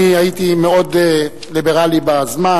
אני הייתי מאוד ליברלי בזמן,